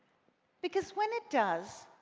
because when it does,